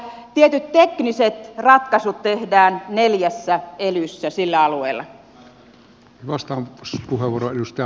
tietyt tekniset ratkaisut tehdään neljässä elyssä sillä alueella